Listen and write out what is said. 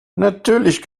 natürlich